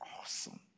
awesome